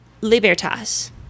libertas